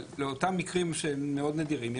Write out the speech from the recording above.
אבל לאותם מקרים שהם מאוד נדירים,